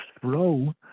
throw